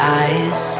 eyes